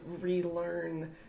relearn